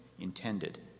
intended